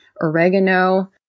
oregano